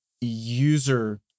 user